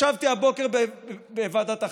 ישבתי הבוקר בוועדת החינוך.